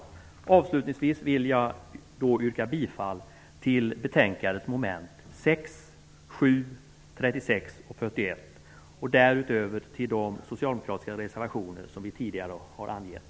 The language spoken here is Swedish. Jag vill avslutningsvis yrka bifall till socialutskottets hemställan under mom. 6, 7, 36 och 41 samt därutöver till de socialdemokratiska reservationer som tidigare har redovisats.